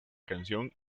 canción